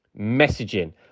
Messaging